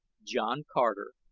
john carter,